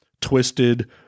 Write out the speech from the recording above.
Twisted